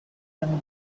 and